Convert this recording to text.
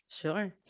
sure